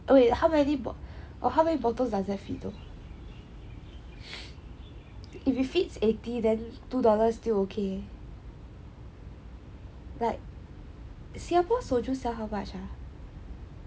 oh wait how many bottles does that fit though if it fits eighty than two dollars still okay like Singapore soju sell how much ah